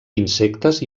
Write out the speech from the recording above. insectes